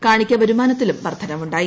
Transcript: കാണിക്കവരുമാനത്തിലും വർദ്ധനവുണ്ടായി